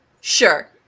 Sure